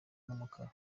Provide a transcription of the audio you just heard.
n’umukara